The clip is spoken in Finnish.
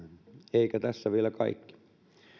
eikä tässä vielä kaikki